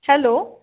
hello